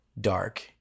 dark